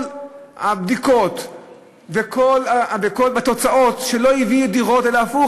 כל הבדיקות והתוצאות הן שלא הביאו דירות אלא ההפך: